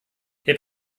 herr